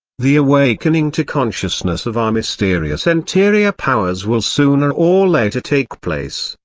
the awakening to consciousness of our mysterious interior powers will sooner or later take place,